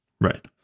Right